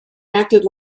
acted